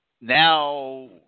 now